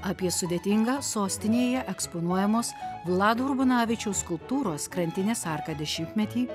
apie sudėtingą sostinėje eksponuojamos vlado urbanavičiaus skulptūros krantinės arka dešimtmetį